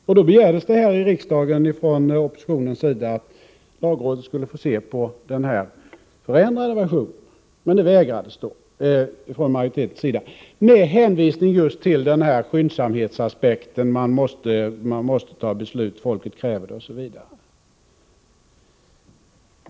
Då begärdes här i riksdagen från oppositionens sida att lagrådet skulle få se på den förändrade versionen. Men denna begäran vägrade majoriteten att tillmötesgå — med hänvisning just till att man måste besluta, folket kräver det osv.